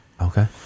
Okay